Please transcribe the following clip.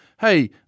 Hey